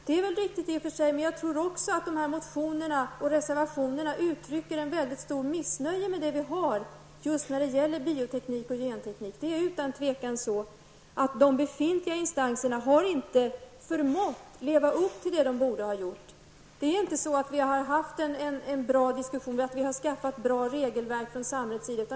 Det är i och för sig riktigt, men jag tror att dessa motioner och reservationer uttrycker ett väldigt stort missnöje med det vi har just när det gäller bioteknik och genteknik. De befintliga instanserna har inte förmått leva upp till det som man bör kunna förvänta av dem. Det har inte förts någon bra diskussion och samhället har inte skapat något bra regelverk.